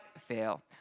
fail